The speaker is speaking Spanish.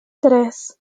tres